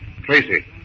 Tracy